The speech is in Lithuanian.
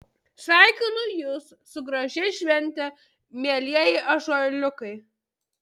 sveikinu jus su gražia švente mielieji ąžuoliukai